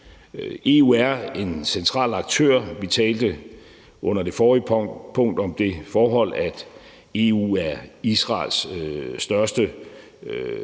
EU er en central aktør. Vi talte under det forrige punkt om det forhold, at EU er Israels største eksportland,